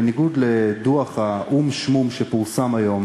בניגוד לדוח האו"ם-שמום שפורסם היום,